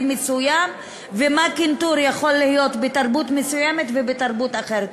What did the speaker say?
מסוים ומה קנטור יכול להיות בתרבות מסוימת ובתרבות אחרת.